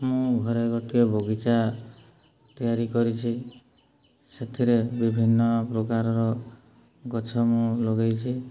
ମୁଁ ଘରେ ଗୋଟିଏ ବଗିଚା ତିଆରି କରିଛି ସେଥିରେ ବିଭିନ୍ନ ପ୍ରକାରର ଗଛ ମୁଁ ଲଗେଇଛି